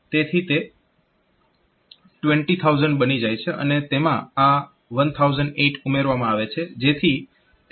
તેથી તે 20000 બની જાય છે અને તેમાં આ 1008 ઉમેરવામાં આવશે